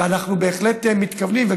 ואנחנו בהחלט מתכוונים,